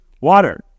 water